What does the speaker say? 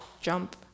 jump